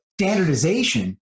standardization